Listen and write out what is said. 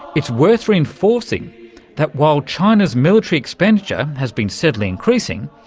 it's worth reinforcing that while china's military expenditure has been steadily increasing,